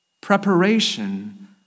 Preparation